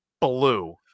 blue